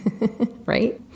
right